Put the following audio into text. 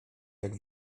jak